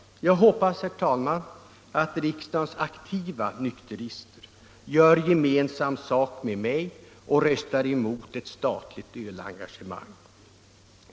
Jag hoppas, herr talman, att riksdagens aktiva nykterister gör gemensam sak med mig och röstar emot ett statligt ölengagemang.